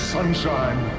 Sunshine